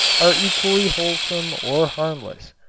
are equally wholesome or harmless.